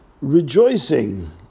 rejoicing